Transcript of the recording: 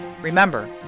Remember